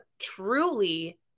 truly